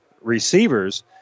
receivers